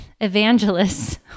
evangelists